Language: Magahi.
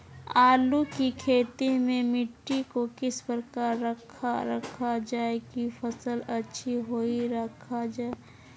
आलू की खेती में मिट्टी को किस प्रकार रखा रखा जाए की फसल अच्छी होई रखा जाए?